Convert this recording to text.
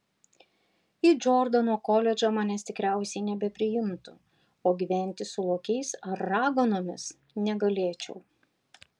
į džordano koledžą manęs tikriausiai nebepriimtų o gyventi su lokiais ar raganomis negalėčiau